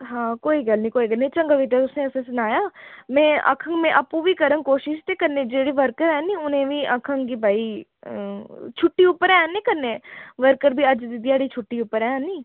हां कोई गल्ल निं कोई गल्ल निं चंगा कीता तुसें असें ई सनाया में आक्खङ में आपूं बी करङ कोशिश ते कन्नै जेह्ड़े वर्कर हैन उ'नें ई गी बी आक्खङ की भाई छुट्टी उप्पर हैन निं कन्नै वर्कर ते अज्ज दी ध्याड़ी छुट्टी उप्पर हैन निं